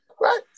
right